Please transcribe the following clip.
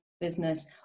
business